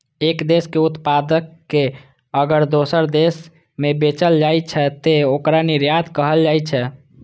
एक देशक उत्पाद कें अगर दोसर देश मे बेचल जाइ छै, तं ओकरा निर्यात कहल जाइ छै